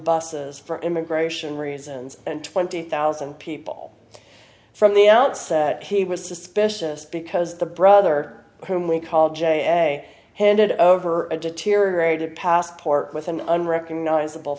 for immigration reasons and twenty thousand people from the outset he was suspicious because the brother whom we call j f k handed over a deteriorated passport with an unrecognizable